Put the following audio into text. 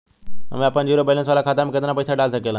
हम आपन zero balance वाला खाता मे केतना पईसा डाल सकेला?